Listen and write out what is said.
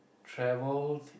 travelled